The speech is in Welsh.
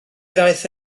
ddaeth